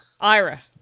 IRA